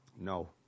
No